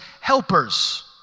helpers